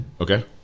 Okay